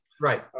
Right